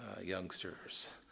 youngsters